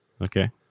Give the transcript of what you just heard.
Okay